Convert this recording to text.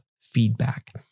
feedback